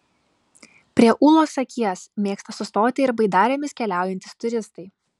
prie ūlos akies mėgsta sustoti ir baidarėmis keliaujantys turistai